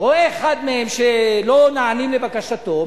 רואה אחד מהם שלא נענים לבקשתו,